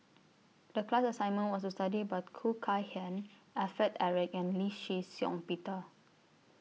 The class assignment was to study about Khoo Kay Hian Alfred Eric and Lee Shih Shiong Peter